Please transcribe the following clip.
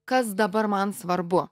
kas dabar man svarbu